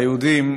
היהודים,